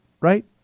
right